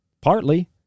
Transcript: partly